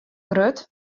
grut